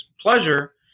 pleasure